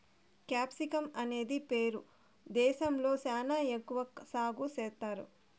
capsicum అనేది Peru దేశంలో శ్యానా ఎక్కువ సాగు చేత్తారు